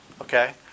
Okay